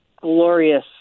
glorious